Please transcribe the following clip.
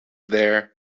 there